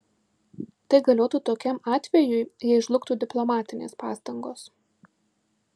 tai galiotų tokiam atvejui jei žlugtų diplomatinės pastangos